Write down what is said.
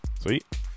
Sweet